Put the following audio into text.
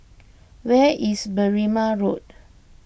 where is Berrima Road